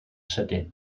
sydyn